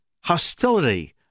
hostility